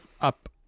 up